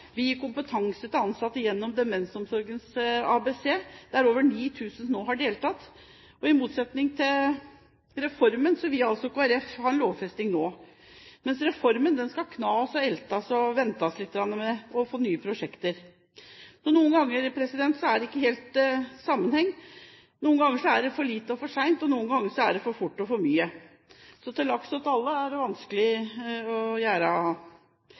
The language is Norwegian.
vi gir kompetanse til ansatte gjennom Demensomsorgens ABC, der over 9 000 nå har deltatt. I motsetning til det reformen legger opp til, vil altså Kristelig Folkeparti ha en lovfesting nå – mens reformen skal knas og eltes, og det skal ventes med hensyn til nye prosjekter. Noen ganger er det ikke helt sammenheng. Noen ganger er det for lite og for sent, og noen ganger er det for fort og for mye. Til lags åt alle